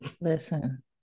Listen